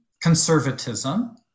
conservatism